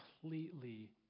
completely